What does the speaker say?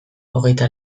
hogeita